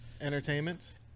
Entertainment